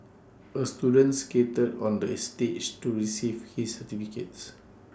A student skated on the A stage to receive his certificates